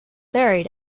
buried